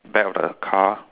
back of the car